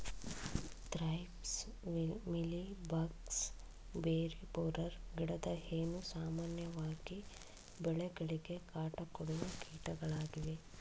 thrips, mealy bugs, berry borer, ಗಿಡದ ಹೇನು, ಸಾಮಾನ್ಯವಾಗಿ ಬೆಳೆಗಳಿಗೆ ಕಾಟ ಕೊಡುವ ಕೀಟಗಳಾಗಿವೆ